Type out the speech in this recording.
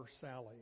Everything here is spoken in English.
Sally